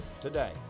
today